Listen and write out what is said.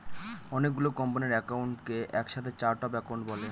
অনেকগুলো কোম্পানির একাউন্টকে এক সাথে চার্ট অফ একাউন্ট বলে